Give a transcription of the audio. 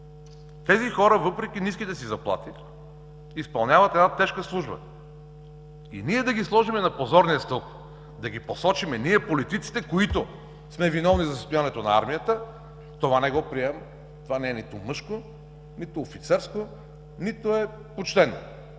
Тези хора, въпреки ниските си заплати, изпълняват една тежка служба, и ние да ги сложим на позорния стълб, да ги посочим ние – политиците, които сме виновни за състоянието на армията, това не го приемам. Това не е нито мъжко, нито офицерско, нито е почтено.